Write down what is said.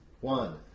One